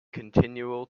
continual